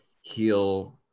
heal